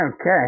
Okay